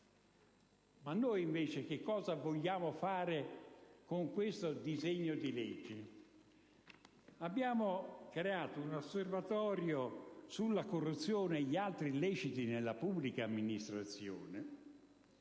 Invece, cosa vogliamo fare con questo disegno di legge? Abbiamo creato un osservatorio sulla corruzione e gli altri illeciti nella pubblica amministrazione,